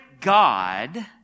God